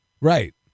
right